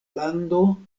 lando